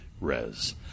res